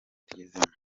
tugezemo